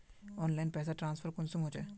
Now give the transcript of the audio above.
Online पैसा transfer कुंसम होचे?